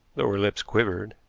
though her lips quivered.